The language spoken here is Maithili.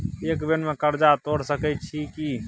एक बेर में कर्जा तोर सके छियै की?